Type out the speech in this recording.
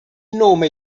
nome